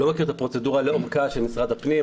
לא מכיר את הפרוצדורה לעומקה של משרד הפנים,